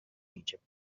egypt